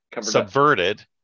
subverted